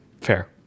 Fair